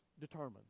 determined